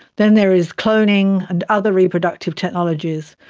then there is cloning and other reproductive technologies,